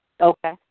Okay